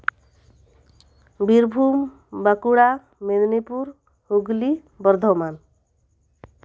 Birbhum Bankura Medinipur Hooghly Bardhaman